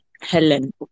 helen